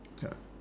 ya